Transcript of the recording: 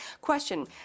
Question